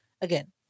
again